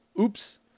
oops